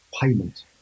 payment